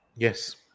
Yes